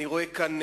אני רואה כאן,